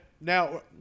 now